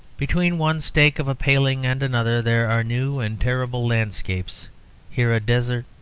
between one stake of a paling and another there are new and terrible landscapes here a desert,